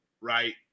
right